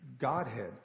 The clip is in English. Godhead